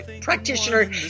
practitioner